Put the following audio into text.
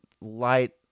light –